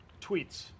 Tweets